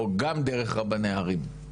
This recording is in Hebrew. או גם דרך רבני הערים.